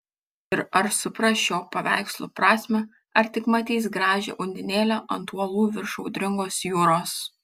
ir ar supras šio paveikslo prasmę ar tik matys gražią undinėlę ant uolų virš audringos jūros